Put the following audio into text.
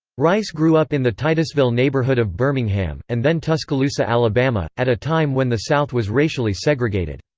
rice grew up in the titusville neighborhood of birmingham, and then tuscaloosa, alabama, at a time when the south was racially segregated.